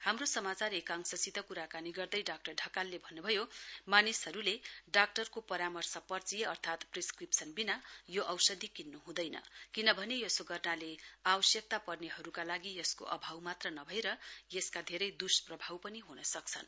हाम्रो समाचार एकांशसित कुराकानी गर्दै डाक्टर ढकालले भन्नुभयो मानिसहरुले डाक्टरको परामर्श पर्ची अर्थात प्रिसक्रिपशन विना यो औषधी किन्नु हुँदैन किनभने यसो गर्नाले आवश्यकता पर्नेहरुका लागि यसको अभाव मात्र नभएर यसका धेरै दुष्प्रभाव पनि हनसक्छन्